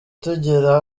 tugera